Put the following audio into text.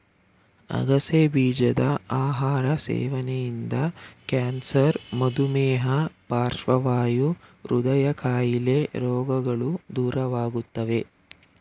ಅಗಸೆ ಬೀಜದ ಆಹಾರ ಸೇವನೆಯಿಂದ ಕ್ಯಾನ್ಸರ್, ಮಧುಮೇಹ, ಪಾರ್ಶ್ವವಾಯು, ಹೃದಯ ಕಾಯಿಲೆ ರೋಗಗಳು ದೂರವಾಗುತ್ತವೆ